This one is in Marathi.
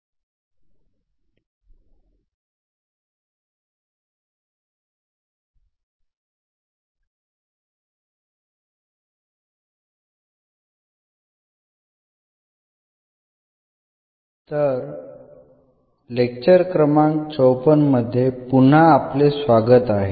तर लेक्चर क्रमांक 54 मध्ये पुन्हा आपले स्वागत आहे